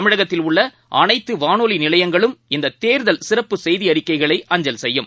தமிழகத்தில் உள்ள அனைத்து வானொலி நிலையங்களும் இந்த தேர்தல் சிறப்பு செய்தி அறிக்கைகளை அஞ்சல் செய்யும்